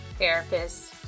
therapists